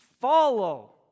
follow